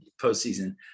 postseason